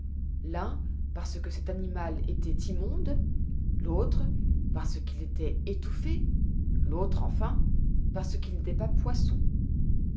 l'un parce que cet animal étoit immonde l'autre parce qu'il étoit étouffé l'autre enfin parce qu'il n'étoit pas poisson